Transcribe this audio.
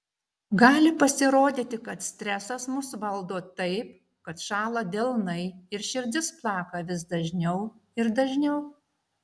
gali pasirodyti kad stresas mus valdo taip kad šąla delnai ir širdis plaka vis dažniau ir dažniau